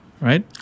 right